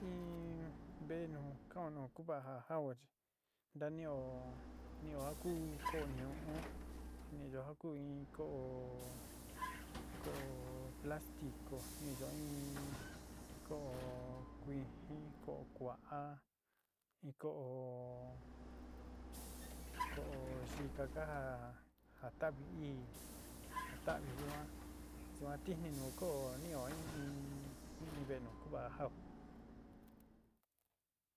In ve'e nu jao nu kuva ja jao chi ntanío nio ja ku ko'o ñu'u ni'iyo ja ku in ko'o ko'o plástico ni'iyo in ko'o kuijin ko'o ku'a, ko'o ko'o yika ka ja ja ta'avi ií ja tavi yuan yuan tijni nu ko'o nio jin inn in vee nu kuva'a jao.